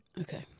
Okay